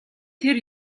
тэр